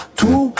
two